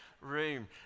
room